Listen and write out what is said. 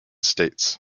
states